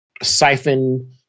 Siphon